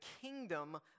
kingdom